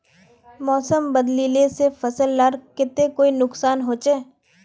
मौसम बदलिले से फसल लार केते कोई नुकसान होचए?